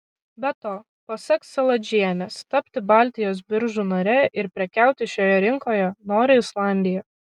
be to pasak saladžienės tapti baltijos biržų nare ir prekiauti šioje rinkoje nori islandija